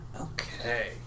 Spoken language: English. Okay